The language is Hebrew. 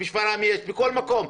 בשפרעם ובכל מקום.